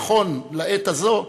נכון לעת הזאת,